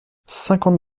cinquante